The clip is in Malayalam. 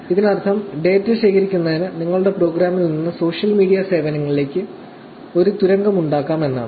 ഇതിനർത്ഥം ഡാറ്റ ശേഖരിക്കുന്നതിന് നിങ്ങളുടെ പ്രോഗ്രാമിൽ നിന്ന് സോഷ്യൽ മീഡിയ സേവനങ്ങളിലേക്ക് ഒരു തുരങ്കമുണ്ടാക്കാം എന്നാണ്